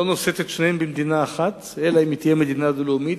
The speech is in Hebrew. לא נושאת את שניהם במדינה אחת אלא אם כן היא תהיה מדינה דו-לאומית,